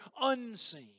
unseen